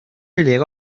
llego